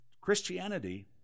Christianity